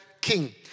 king